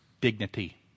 dignity